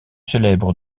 célèbre